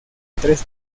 tres